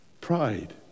Pride